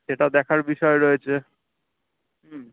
সেটাও দেখার বিষয় রয়েছে হুম